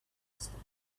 faster